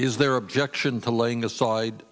is there objection to laying aside